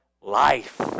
life